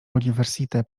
universite